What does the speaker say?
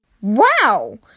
Wow